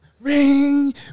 Ring